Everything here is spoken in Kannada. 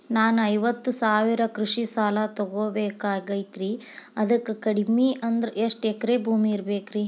ನಾನು ಐವತ್ತು ಸಾವಿರ ಕೃಷಿ ಸಾಲಾ ತೊಗೋಬೇಕಾಗೈತ್ರಿ ಅದಕ್ ಕಡಿಮಿ ಅಂದ್ರ ಎಷ್ಟ ಎಕರೆ ಭೂಮಿ ಇರಬೇಕ್ರಿ?